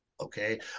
okay